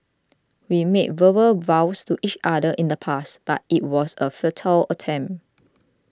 we made verbal vows to each other in the past but it was a futile attempt